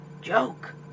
Joke